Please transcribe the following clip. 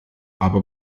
aber